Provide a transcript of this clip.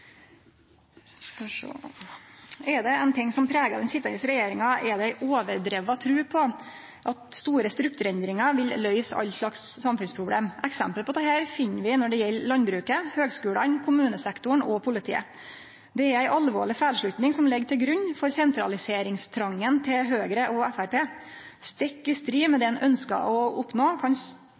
skal spare pengar. Er det noko som pregar den sitjande regjeringa, er det ei overdriven tru på at store strukturendringar vil løyse alle slags samfunnsproblem. Eksempel på dette finn vi når det gjeld landbruket, høgskulane, kommunesektoren og politiet. Det er ei alvorleg feilslutning som ligg til grunn for sentraliseringstrongen til Høgre og Framstegspartiet. Stikk i strid med det ein ønskjer å oppnå,